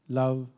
love